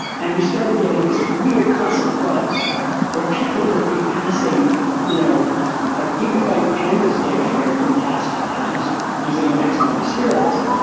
and we started getting this weird class of bugs where people would be passing you know a gigabyte pandas data frame from task-to-task using an xcom to serialize it.